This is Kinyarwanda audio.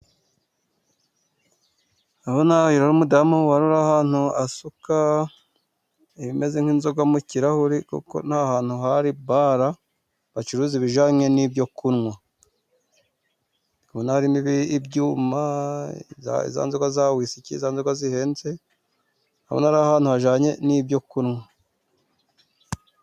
Ndabona uyu ari umudamu wari ari ahantu asuka ibimeze nk'inzoga mu kirahuri kuko hantu hari bara, bacuruza ibijanye n'ibyo kunywa. Ndi kubona harimo ibyuma za nzoga za wisike zihenze, za nzoga zihenze, ndabona ari ahantu hajyanye n'ibyo kunywa